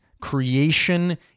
Creation